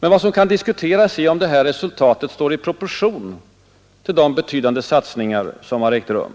Men vad som kan diskuteras är om detta resultat står i proportion till de betydande satsningar som har ägt rum.